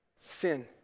Sin